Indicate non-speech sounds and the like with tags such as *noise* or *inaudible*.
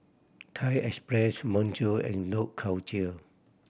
Thai Express Bonjour and *unintelligible* Culture